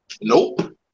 nope